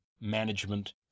management